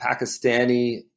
Pakistani